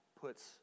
puts